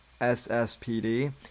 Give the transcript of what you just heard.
SSPD